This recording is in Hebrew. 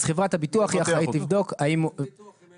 אז חברת הביטוח היא אחראית לבדוק --- אם אין